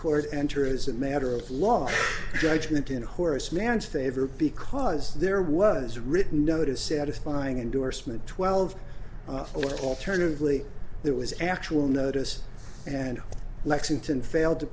court enter as a matter of law judgment in horse man's favor because there was written notice satisfying endorsement twelve or alternatively there was actual notice and lexington failed to